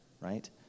right